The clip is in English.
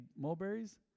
mulberries